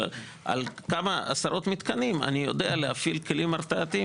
על כמה עשרות מתקנים אני יודע להפעיל כלים הרתעתיים